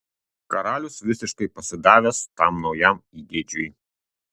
karalius visiškai pasidavęs tam naujam įgeidžiui